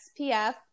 SPF